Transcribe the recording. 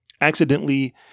accidentally